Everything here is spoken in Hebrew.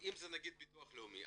אם זה נגיד ביטוח לאומי,